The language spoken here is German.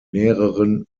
mehreren